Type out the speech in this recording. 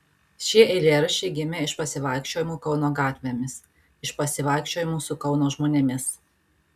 šie eilėraščiai gimė iš pasivaikščiojimų kauno gatvėmis iš pasivaikščiojimų su kauno žmonėmis